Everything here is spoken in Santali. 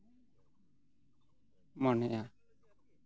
ᱢᱚᱱᱮᱭᱟ